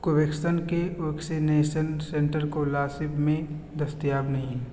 کوویکسن کے vaccination centre کولاسب میں دستیاب نہیں